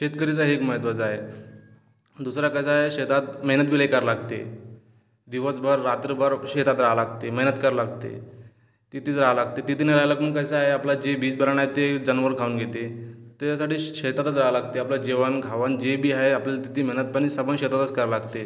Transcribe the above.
शेतकरीचं हित महत्त्वाचं आहे दुसरं कसं आहे शेतात मेहनत बी लई करा लागते दिवसभर रात्रभर शेतात राहवा लागते मेहनत करा लागते तिथेच राहायला लागते तिथे नाही झालं तर मग कसं आहे आपलं जे बीजभरणा आहे ते जनावर खाऊन घेते त्याच्यासाठी शेतातच राहावा लागते आपलं जेवण खावण जे बी आहे आपल्याला तिथे मेहनत पाणी सगळं शेतातच करावं लागते